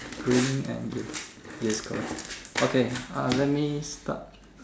green and yes correct okay uh let me start